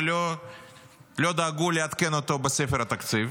ולא דאגו לעדכן אותו בספר התקציב.